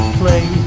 play